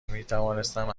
میتوانستم